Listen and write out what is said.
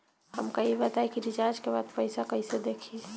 हमका ई बताई कि रिचार्ज के बाद पइसा कईसे देखी?